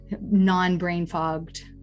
non-brain-fogged